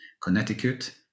Connecticut